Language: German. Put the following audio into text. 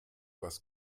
was